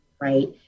right